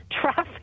traffic